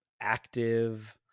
active